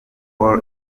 all